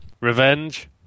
Revenge